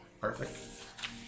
Perfect